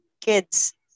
kids